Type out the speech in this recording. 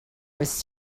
was